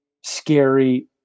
scary